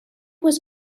was